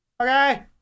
Okay